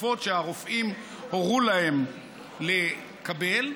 תרופות שהרופאים הורו להם לקבל.